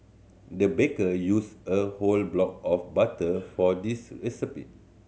the baker used a whole block of butter for this recipe